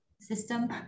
system